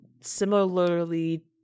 similarly